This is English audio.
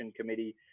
committee